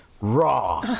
Raw